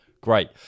great